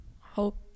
hope